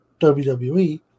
WWE